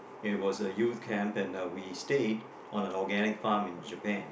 it was a youth camp and uh we stayed on a organic farm in Japan